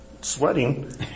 sweating